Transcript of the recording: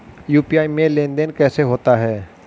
UPI में लेनदेन कैसे होता है?